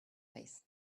face